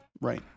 right